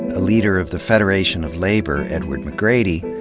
ah leader of the federation of labor, edward mcgrady,